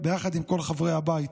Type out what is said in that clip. ביחד עם כל חברי הבית.